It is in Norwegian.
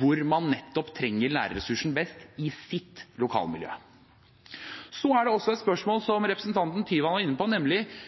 hvor man trenger lærerressursene mest i sitt lokalmiljø. Så er det også et spørsmål om – som representanten Tynning Bjørnø var inne på